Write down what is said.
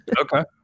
Okay